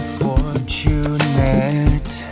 fortunate